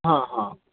हां हां